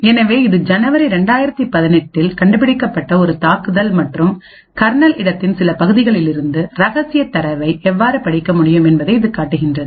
எனவே இது ஜனவரி 2018 இல் கண்டுபிடிக்கப்பட்ட ஒரு தாக்குதல் மற்றும் கர்னல் இடத்தின் சில பகுதிகளிலிருந்து ரகசிய தரவை எவ்வாறு படிக்க முடியும் என்பதை இது காட்டுகிறது